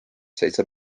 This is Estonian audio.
seitse